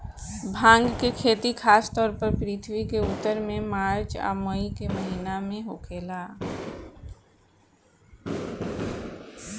भांग के खेती खासतौर पर पृथ्वी के उत्तर में मार्च आ मई के महीना में होखेला